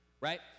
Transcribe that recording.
right